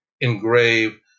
engrave